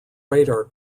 radar